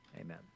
Amen